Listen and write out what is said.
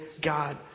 God